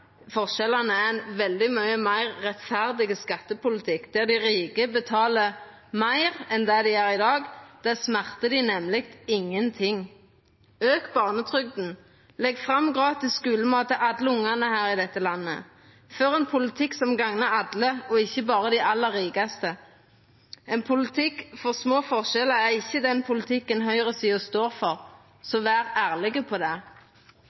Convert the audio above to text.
forskjellane er ein veldig mykje meir rettferdig skattepolitikk, der dei rike betaler meir enn det dei gjer i dag. Det smertar dei nemleg ingenting. Ein bør auka barnetrygda, leggja fram gratis skulemat til alle ungane i dette landet og føra ein politikk som gagnar alle, ikkje berre dei aller rikaste. Ein politikk for små forskjellar er ikkje den politikken høgresida står for, så ein bør vera ærleg på det.